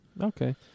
Okay